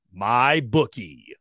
MyBookie